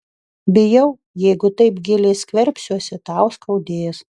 bijau jeigu taip giliai skverbsiuosi tau skaudės